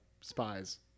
Spies